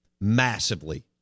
massively